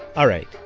alright,